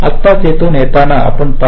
आत्ताच येथून येताना आपण पहाल